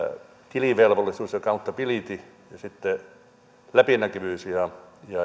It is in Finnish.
tilivelvollisuus accountability ja sitten läpinäkyvyys ja